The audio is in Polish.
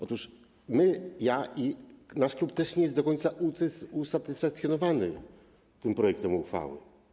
Otóż my, ja i nasz klub, też nie jesteśmy do końca usatysfakcjonowani tym projektem uchwały.